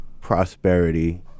prosperity